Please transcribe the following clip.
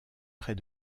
près